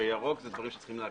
ובירוק זה דברים שצריכים להקריא,